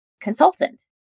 consultant